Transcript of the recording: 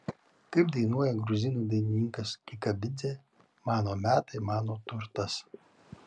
kaip dainuoja gruzinų dainininkas kikabidzė mano metai mano turtas